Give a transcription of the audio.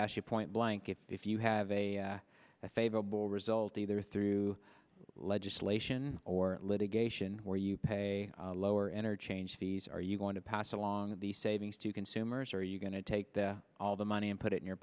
ask you point blank if if you have a favorable result either through legislation or litigation or you pay lower interchange fees or you want to pass along the savings to consumers are you going to take all the money and put it in your